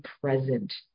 present